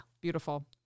beautiful